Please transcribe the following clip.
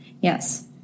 Yes